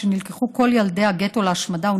כשנלקחו כל ילדי הגטו להשמדה,